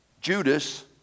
Judas